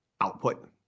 output